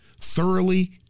thoroughly